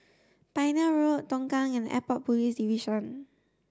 Pioneer Road Tongkang and Airport Police Division